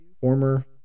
former